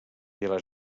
pilar